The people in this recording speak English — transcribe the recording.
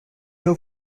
her